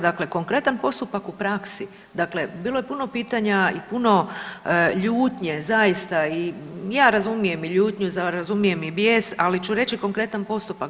Dakle, konkretna postupak u praksi, dakle bilo je puno pitanja i puno ljutnje zaista, ja razumijem i ljutnju, razumijem i bijes, ali ću reći konkretan postupak.